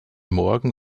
morgen